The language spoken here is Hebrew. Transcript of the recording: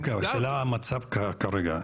לא, אבל השאלה היא המצב כרגע.